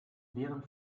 wären